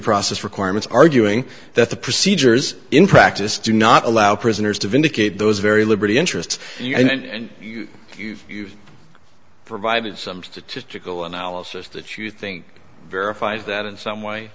process requirements arguing that the procedures in practice do not allow prisoners to vindicate those very liberty interests and provided some statistical analysis that you think verified that in some way